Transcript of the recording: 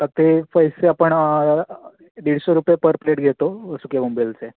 आता ते पैसे आपण दीडशे रुपये पर प्लेट घेतो सुक्या बोंबीलचे